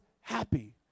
happy